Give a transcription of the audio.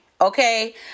okay